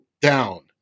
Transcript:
down